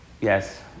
Yes